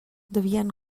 debian